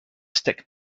stick